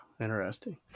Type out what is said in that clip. interesting